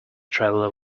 traveller